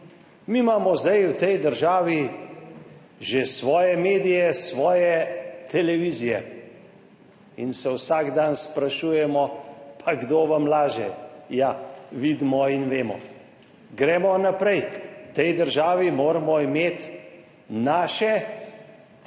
Mi imamo zdaj v tej državi že svoje medije, svoje televizije in se vsak dan sprašujemo, pa kdo vam laže. Ja vidimo in vemo, gremo naprej. V tej državi moramo imeti naše rumeno